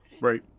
Right